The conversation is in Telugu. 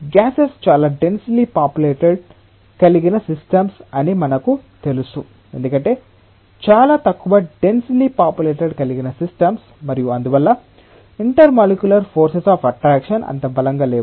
గ్యాసెస్ చాలా డెన్సిలి పాపులేటెడ్ కలిగిన సిస్టమ్స్ అని మనకు తెలుసు ఎందుకంటే చాలా తక్కువ డెన్సిలి పాపులేటెడ్ కలిగిన సిస్టమ్స్ మరియు అందువల్ల ఇంటర్మోలక్యులర్ ఫోర్సు అఫ్ అట్రాక్షణ్ అంత బలంగా లేవు